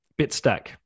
bitstack